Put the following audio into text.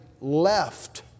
left